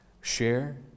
Share